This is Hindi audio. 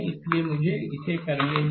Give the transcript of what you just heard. इसलिए मुझे इसे करने दें